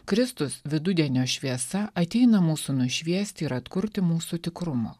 kristus vidudienio šviesa ateina mūsų nušviesti ir atkurti mūsų tikrumo